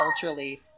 culturally